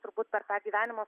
turbūt per tą gyvenimo